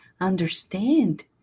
understand